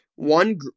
One